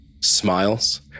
smiles